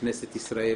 בכנסת ישראל